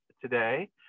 today